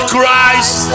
Christ